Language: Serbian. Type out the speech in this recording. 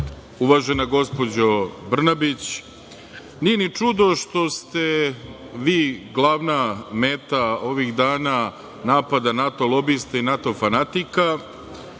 uvažena gospođo Brnabić, nije ni čudo što ste vi glavna meta, ovih dana, napada NATO lobista i NATO fanatika,